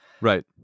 Right